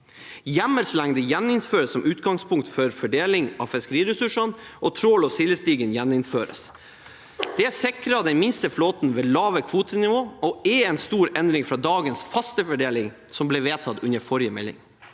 Hjemmelslengde gjeninnføres som utgangspunkt for fordeling av fiskeriressursene, og trål- og sildestigen gjeninnføres. Det sikrer den minste flåten bedre ved lave kvotenivå og er en stor endring fra dagens faste fordeling, som ble vedtatt under forrige melding.